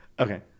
Okay